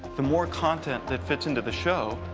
the more content that fits into the show,